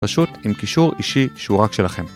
פשוט עם קישור אישי שהוא רק שלכם.